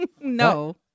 No